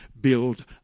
build